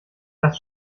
dass